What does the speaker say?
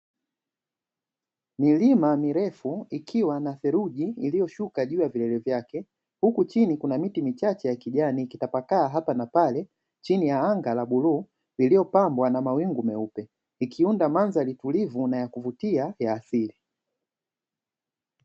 Milima mirefu ikiwa na theluji iliyoshuka kwenye vilele vyake huku chini kukiwa na miti michache ya kijani ikitapakaa hapa na pale, chini ya anga la bluu lililopangwa na mawingu meupe ikiunda mandhari tulivu na yakuvutia ya asili.